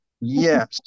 Yes